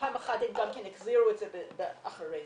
פעם אחת הם החזירו אחרי זה.